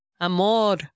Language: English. Amor